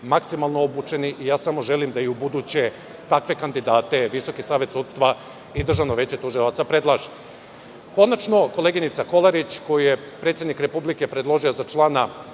maksimalno obučeni. Samo želim da i u buduće takve kandidate Visoki savet sudstva i Državno veće tužilaca predlaže. Konačno, koleginica Kolariću, koju je predsednik republike predložio za člana